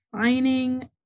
finding